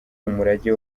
umurage